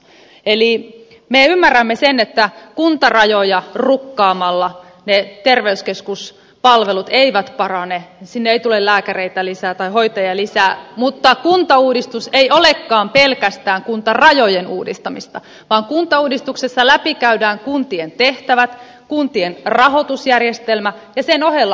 me ymmärrämme sen että kuntarajoja rukkaamalla ne terveyskeskuspalvelut eivät parane sinne ei tule lääkäreitä lisää tai hoitajia lisää mutta kuntauudistus ei olekaan pelkästään kuntarajojen uudistamista vaan kuntauudistuksessa läpikäydään kuntien tehtävät kuntien rahoitusjärjestelmä ja sen ohella kuntarakenne